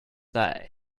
that